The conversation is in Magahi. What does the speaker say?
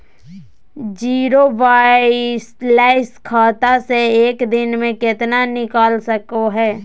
जीरो बायलैंस खाता से एक दिन में कितना निकाल सको है?